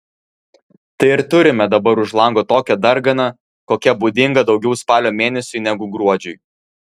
tai ir turime dabar už lango tokią darganą kokia būdinga daugiau spalio mėnesiui negu gruodžiui